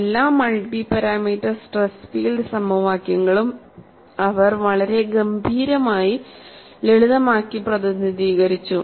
എല്ലാ multi parameter stress field സമവാക്യങ്ങളും അവർ വളരെ ഗംഭീരമായി ലളിതമാക്കി പ്രതിനിധീകരിച്ചു